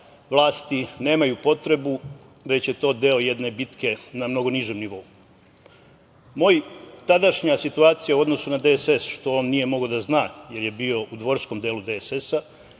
vlasti nemaju potrebu, već je to deo jedne bitke na mnogo nižem nivou. Moja tadašnja situacija u odnosu na DSS, što on nije mogao da zna, jer je bio u dvorskom delu DSS-a,